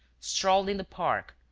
strolled in the park,